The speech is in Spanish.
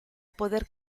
poder